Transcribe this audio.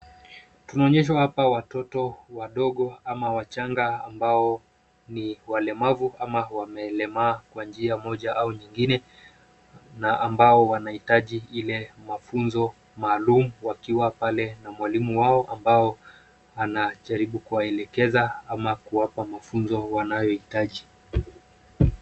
Tunaonyeshwa hapa watoto wadogo ama wachanga ambao ni walemavu ama wamelemaa kwa njia au nyingine na ambao wanahitaji ile mafunzo maalum wakiwa pale na mwalimu wao ambao anajaribu kuwaelekeza ama kuwapa mafunzo wanayohitaji.